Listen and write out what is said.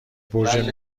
برج